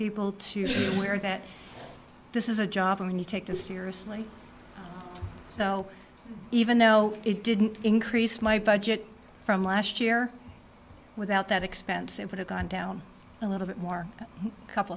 people to wear that this is a job when you take it seriously so even though it didn't increase my budget from last year without that expense it would have gone down a little bit more a couple